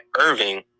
Irving